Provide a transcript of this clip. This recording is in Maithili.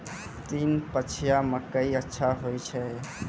तीन पछिया मकई अच्छा होय छै?